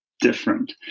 different